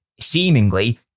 seemingly